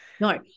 No